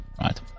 right